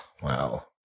wow